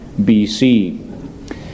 BC